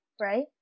right